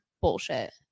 bullshit